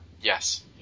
Yes